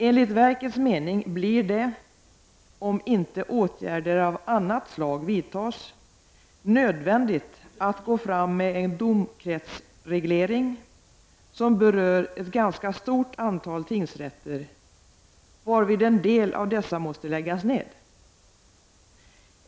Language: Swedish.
Enligt verkets mening blir det — om inte åtgärder av annat slag vidtas — nödvändigt att gå fram med en domkretsreglering som berör ett ganska stort antal tingsrätter, varvid en del av dessa måste läggas ned.